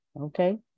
okay